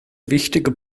wichtige